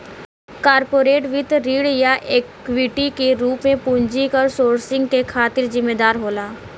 corporate वित्त ऋण या इक्विटी के रूप में पूंजी क सोर्सिंग के खातिर जिम्मेदार होला